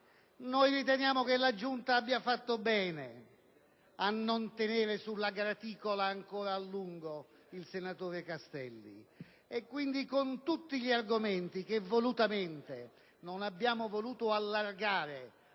noi riteniamo che la Giunta abbia fatto bene a non tenere sulla graticola ancora a lungo il senatore Castelli. È per tutti questi argomenti - che volutamente non abbiamo allargato